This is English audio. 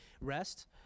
rest